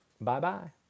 Bye-bye